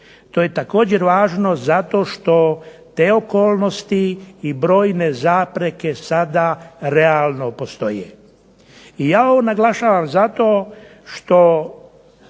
To je također važno zato što te okolnosti i brojne zapreke sada realno postoje. I ja ovo naglašavam zato što